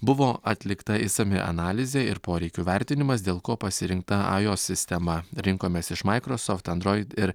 buvo atlikta išsami analizė ir poreikių vertinimas dėl ko pasirinkta ajos sistema rinkomės iš maikrosoft android ir